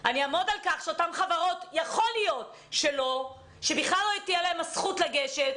שלאותן חברות לא תהיה הזכות לגשת.